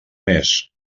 més